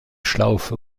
schlaufe